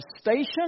Station